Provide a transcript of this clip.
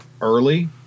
early